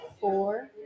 four